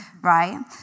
right